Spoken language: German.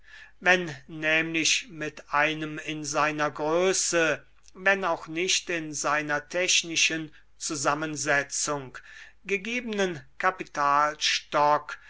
wenn nämlich mit einem in seiner größe wenn auch nichi in seiner technischen zusammensetzung gegebenen